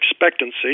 expectancy